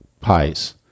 pies